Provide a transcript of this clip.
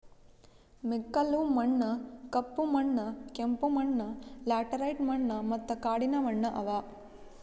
ಮೆಕ್ಕಲು ಮಣ್ಣ, ಕಪ್ಪು ಮಣ್ಣ, ಕೆಂಪು ಮಣ್ಣ, ಲ್ಯಾಟರೈಟ್ ಮಣ್ಣ ಮತ್ತ ಕಾಡಿನ ಮಣ್ಣ ಅವಾ